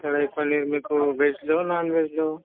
కడాయి పనీర్ మీకు వెజ్లో నాన్ వెజ్లో